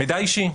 מידע אישי.